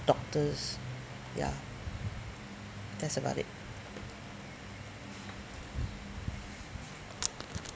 doctors ya that's about it